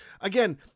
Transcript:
again